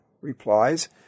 replies